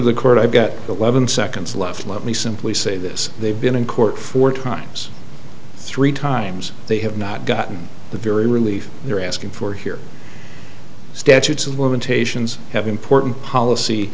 number the court i've got eleven seconds left let me simply say this they've been in court four times three times they have not gotten the very relief they're asking for here statutes of limitations have important policy